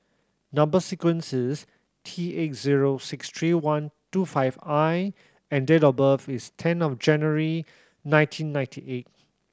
number sequence is T eight zero six three one two five I and date of birth is ten of January nineteen ninety eight